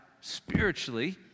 spiritually